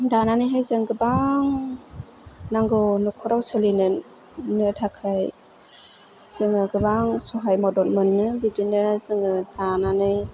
दानानैहाय जों गोबां नांगौ नखराव सोलिनो नो थाखाय जोङो गोबां सहाय मदद मोनो बिदिनो जोङो दानानै